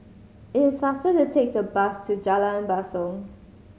it is faster to take the bus to Jalan Basong